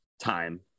time